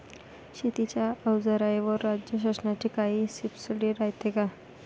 शेतीच्या अवजाराईवर राज्य शासनाची काई सबसीडी रायते का?